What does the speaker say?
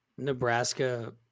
Nebraska